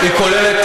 היא כוללת,